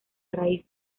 raíz